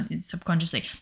subconsciously